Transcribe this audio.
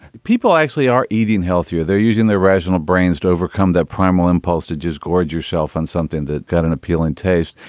people actually are eating healthier. they're using their rational brains to overcome that primal impulse to just gorge yourself on something that got an appealing taste.